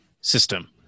system